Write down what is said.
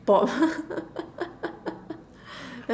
Bob